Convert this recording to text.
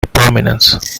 prominence